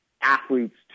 athletes